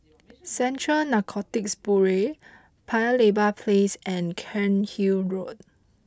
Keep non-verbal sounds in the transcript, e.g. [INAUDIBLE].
[NOISE] Central Narcotics Bureau Paya Lebar Place and Cairnhill Road